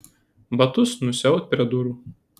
batus nusiaut prie durų